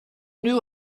knew